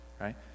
Right